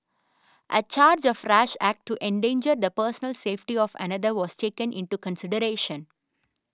a charge of rash act to endanger the personal safety of another was taken into consideration